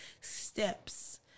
steps